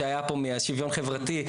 שהיה פה משוויון חברתי,